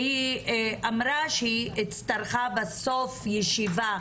והיא אמרה שהיא הצטרכה בסוף ישיבה,